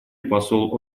посол